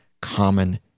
common